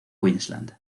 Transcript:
queensland